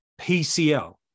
PCL